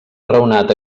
raonat